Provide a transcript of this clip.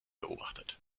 beobachtet